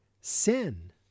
sin